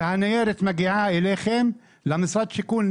כשהניירת מגיעה אליכם למשרד השיכון,